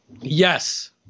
Yes